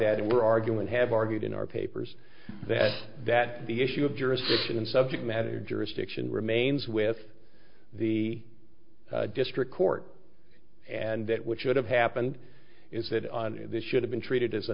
that we're arguing have argued in our papers that that the issue of jurisdiction and subject matter jurisdiction remains with the district court and that what should have happened is that this should have been treated as a